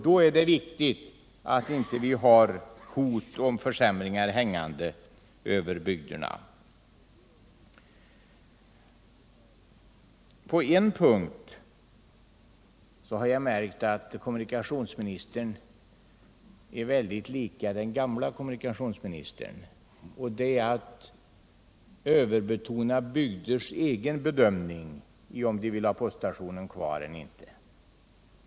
Då är det viktigt att vi inte har hot om försämringar hängande över bygderna. På en punkt har jag märkt att kommunikationsministern är väldigt lik den gamle kommunikationsministern, och det är när han underskattar bygders cgen bedömning av om poststationen skall vara kvar celler inte.